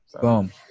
Boom